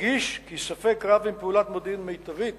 הוא הדגיש כי ספק רב אם פעולת מודיעין מיטבית